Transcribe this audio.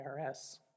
IRS